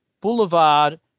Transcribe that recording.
Boulevard